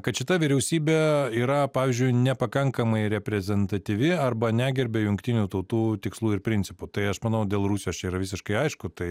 kad šita vyriausybė yra pavyzdžiui nepakankamai reprezentatyvi arba negerbia jungtinių tautų tikslų ir principų tai aš manau dėl rusijos čia yra visiškai aišku tai